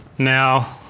now,